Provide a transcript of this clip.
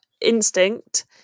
instinct